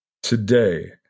Today